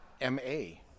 m-a